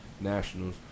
Nationals